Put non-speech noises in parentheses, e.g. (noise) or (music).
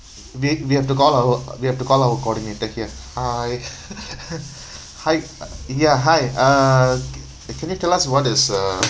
vic we have to call our we have to call our coordinator here hi (laughs) (breath) hi ya hi uh c~ can you tell us what is uh